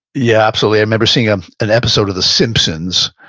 yeah, absolutely. i remember seeing um an episode of the simpsons,